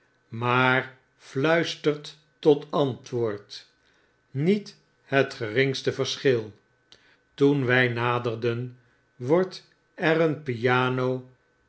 maar nuistert tot antwoord niet het geringste verschil toen wij naderen wordt er een piano